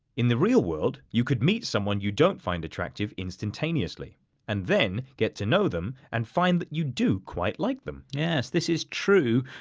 in the real world you could meet someone you don't find attractive instantaneously and then get to know them and find that you do quite like them. rob yes, this is true,